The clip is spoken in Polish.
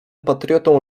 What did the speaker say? patriotą